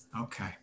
Okay